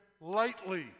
lightly